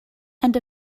and